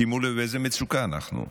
שימו לב באיזו מצוקה אנחנו,